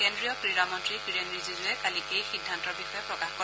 কেন্দ্ৰীয় ক্ৰীড়া মন্তী কিৰেণ ৰিজিজুৱে কালি এই সিদ্ধান্তৰ বিষয়ে প্ৰকাশ কৰে